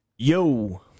Yo